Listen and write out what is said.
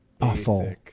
awful